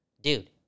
Dude